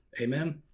amen